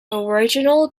original